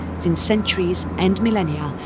since centuries and millennia,